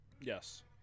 Yes